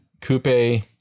Coupe